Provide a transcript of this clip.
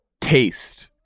taste